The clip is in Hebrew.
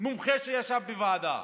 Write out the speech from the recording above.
מומחה שישב בוועדה,